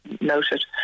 noted